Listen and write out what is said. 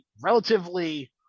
relatively